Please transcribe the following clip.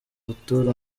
arthur